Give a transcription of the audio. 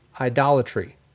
idolatry